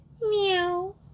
meow